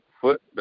foot